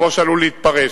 כמו שעלול להתפרש.